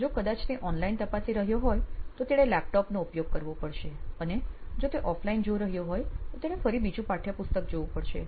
જો કદાચ તે ઓનલાઇન તપાસી રહ્યો હોય તો તેણે લેપટોપ નો ઉપયોગ કરવો પડશે અને જો તે ઑફલાઇન જોઈ રહ્યો હોય તો તેણે ફરી બીજું પાઠ્યપુસ્તક જોવું પડશે